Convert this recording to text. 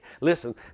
Listen